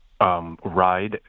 ride